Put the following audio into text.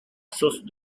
sauce